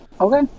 Okay